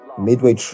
midway